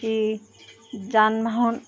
এই যানবাহন